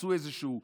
עשו איזושהי תוכנית,